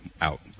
out